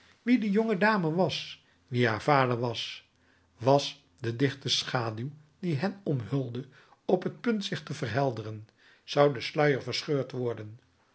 wie de jonge dame was wie haar vader was was de dichte schaduw die hen omhulde op het punt zich te verhelderen zou de sluier verscheurd worden